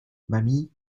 mamie